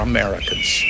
Americans